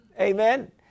Amen